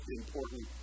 important